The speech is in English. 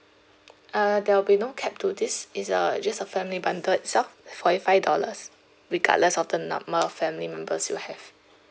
err there will be no cap to this it's a just a family bundle itself forty five dollars regardless of the number of family members you have